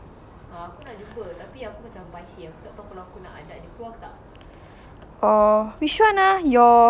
oh which one ah your maths teacher is it eh no lah who ah